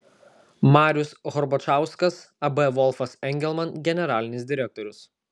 marius horbačauskas ab volfas engelman generalinis direktorius